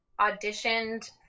auditioned